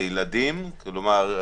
לילדים כלומר,